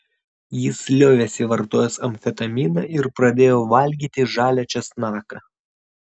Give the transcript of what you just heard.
jis liovėsi vartojęs amfetaminą ir pradėjo valgyti žalią česnaką